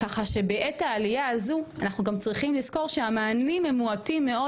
ככה שבעת העלייה הזאת אנחנו גם צריכים לזכות שהמענים הם מועטים מאוד,